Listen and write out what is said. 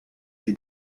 they